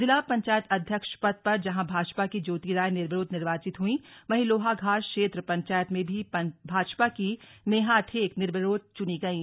जिला पंचायत अध्यक्ष पद पर जहां भाजपा की ज्योति राय निर्विरोध निर्वाचित हुईं वहीं लोहाघाट क्षेत्र पंचायत में भी भाजपा की नेहा ढेक निर्विरोध चुनी गयी